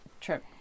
trip